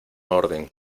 orden